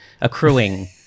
accruing